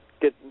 get